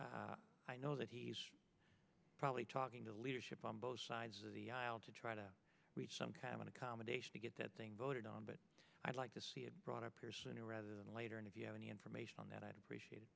up i know that he's probably talking to leadership on both sides of the aisle to try to reach some kind of an accommodation to get that thing voted on but i'd like to see it brought up rather than later and if you have any information on that i'd appreciate